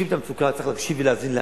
שחשים את המצוקה, צריך להקשיב ולהאזין להם,